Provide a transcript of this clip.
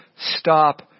stop